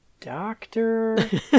doctor